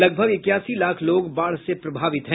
लगभग इक्यासी लाख लोग बाढ़ से प्रभावित हैं